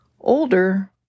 Older